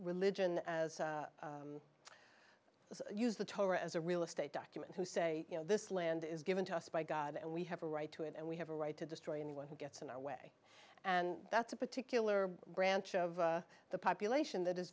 religion as use the torah as a real estate document to say you know this land is given to us by god and we have a right to it and we have a right to destroy anyone who gets in our way and that's a particular branch of the population that is